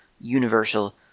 universal